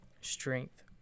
strength